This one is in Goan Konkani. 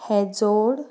हें जोड